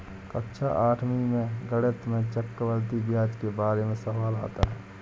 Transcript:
कक्षा आठवीं में गणित में चक्रवर्ती ब्याज के बारे में सवाल आता है